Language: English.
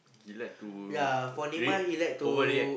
he like to re~ over react